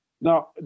Now